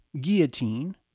guillotine